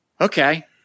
okay